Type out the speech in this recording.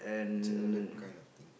it's an alert kind of thing